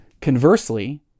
Conversely